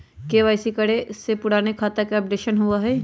KYC करें से पुराने खाता के अपडेशन होवेई?